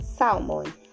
Salmon